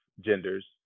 genders